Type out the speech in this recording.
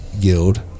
Guild